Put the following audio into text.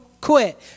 quit